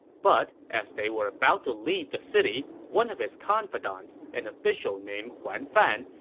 but as they were about to leave the city, one of his confidants, an official named huan fan,